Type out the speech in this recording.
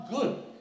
good